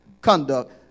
conduct